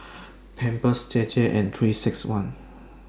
Pampers JJ and three six one